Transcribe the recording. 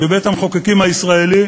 בבית-המחוקקים הישראלי,